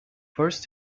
forced